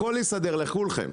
הכל יסדר לכולכם.